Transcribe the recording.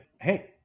Hey